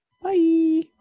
Bye